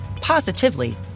positively